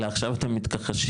אלא עכשיו אתם מתכחשים,